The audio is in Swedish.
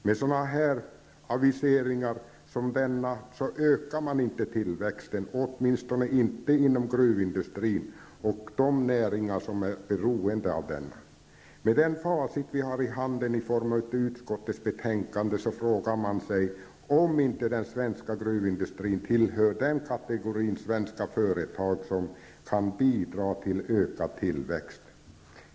Med aviseringar som denna ökar man inte tillväxten, åtminstone inte inom gruvindustrin och de näringar som är beroende av denna. Med facit i hand, i form av utskottets betänkande, frågar man sig om den svenska gruvindustrin inte tillhör den kategorin svenska företag som kan bidra till ökad tillväxt.